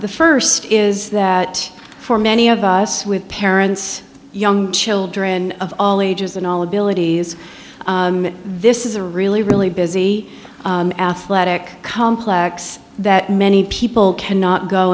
the first is that for many of us with parents young children of all ages and all abilities this is a really really busy athletic complex that many people cannot go